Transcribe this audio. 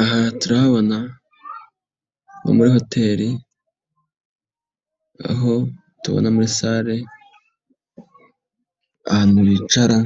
Aha turabona muri hoteli aho tubona muri sale, ahantu bicara,